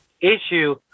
issue